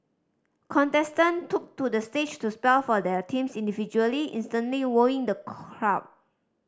contestant took to the stage to spell for their teams individually instantly wowing the crowd